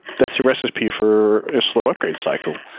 that's a recipe for a slow upgrade cycle.